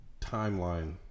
timeline